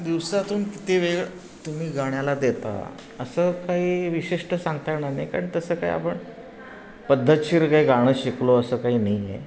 दिवसातून किती वेळ तुम्ही गाण्याला देता असं काही विशिष्ट सांगता येणार नाही कारण तसं काय आपण पद्धतशीर काही गाणं शिकलो असं काही नाही आहे